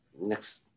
next